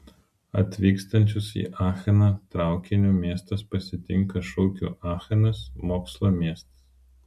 atvykstančius į acheną traukiniu miestas pasitinka šūkiu achenas mokslo miestas